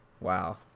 wow